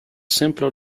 simpler